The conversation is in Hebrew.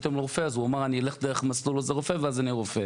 רופא ילך למסלול עוזר רופא ואז יהיה רופא.